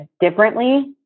differently